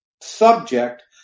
subject